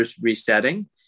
resetting